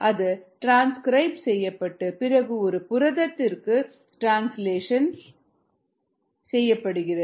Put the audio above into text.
அது டிரான்ஸ்கிரைப் செய்யப்பட்டு பிறகு ஒரு புரதத்திற்கு ட்ரான்ஸ்லேஷன் செய்யப்படுகிறது